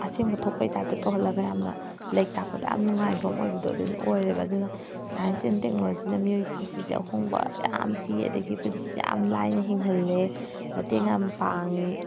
ꯑꯁꯦꯡꯕ ꯊꯣꯛꯄꯒꯤ ꯇꯥꯏꯞꯇ ꯇꯧꯍꯜꯂꯒ ꯌꯥꯝꯅ ꯂꯩꯌꯤꯛ ꯇꯥꯛꯄꯗ ꯌꯥꯝ ꯅꯨꯉꯥꯏꯕ ꯑꯃ ꯑꯣꯏꯕꯗꯣ ꯑꯗꯨꯏꯗꯨ ꯑꯣꯏꯔꯦꯕ ꯑꯗꯨꯅ ꯁꯥꯏꯟꯁ ꯑꯦꯟ ꯇꯦꯛꯅꯣꯂꯣꯖꯤꯅ ꯃꯤꯑꯣꯏꯕꯒꯤ ꯄꯨꯟꯁꯤꯁꯦ ꯑꯍꯣꯡꯕ ꯌꯥꯝꯅ ꯄꯤ ꯑꯗꯨꯗꯒꯤ ꯄꯨꯟꯁꯤꯁꯦ ꯌꯥꯝꯅ ꯂꯥꯏꯅ ꯍꯤꯡꯍꯜꯂꯦ ꯃꯇꯦꯡ ꯌꯥꯝ ꯄꯥꯡꯉꯦ